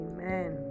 Amen